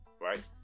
right